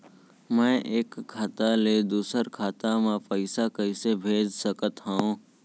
मैं एक खाता ले दूसर खाता मा पइसा कइसे भेज सकत हओं?